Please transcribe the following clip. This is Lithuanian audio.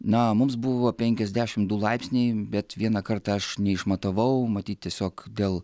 na mums buvo penkiasdešim du laipsniai bet vieną kartą aš neišmatavau matyt tiesiog dėl